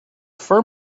fur